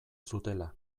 zutela